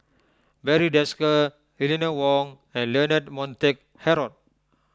Barry Desker Eleanor Wong and Leonard Montague Harrod